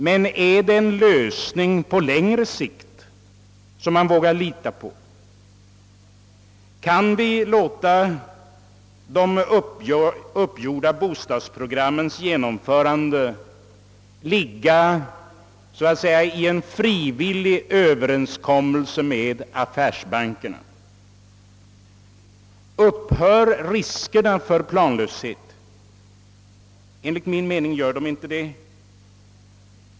Men är det en lösning på längre sikt, som man vågar lita på? Kan vi låta de uppgjorda bostadsprogrammens genomförande ligga så att säga i en frivillig överenskommelse med affärsbankerna? Upphör riskerna för planlöshet? Enligt min mening gör de inte det.